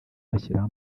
bashyiraho